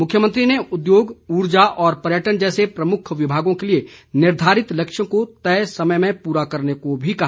मुख्यमंत्री ने उद्योग ऊर्जा और पर्यटन जैसे प्रमुख विभागों के लिए निर्धारित लक्ष्यों को तय समय में पूरा करने को भी कहा